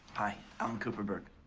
hi, allen kuperburg.